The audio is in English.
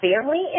family